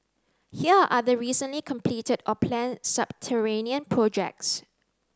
here are other recently completed or planned subterranean projects